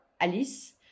Alice